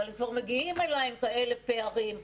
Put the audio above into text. אבל הם כבר מגיעים אליי עם כאלה פערים,